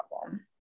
problem